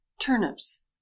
turnips